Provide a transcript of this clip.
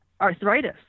arthritis